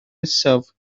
nesaf